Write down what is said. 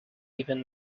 even